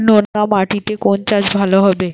নোনা মাটিতে কোন চাষ ভালো হবে?